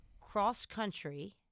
cross-country